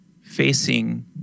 facing